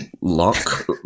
lock